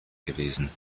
gewesen